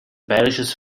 bayrisches